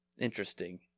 interesting